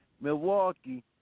Milwaukee